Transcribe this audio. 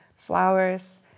flowers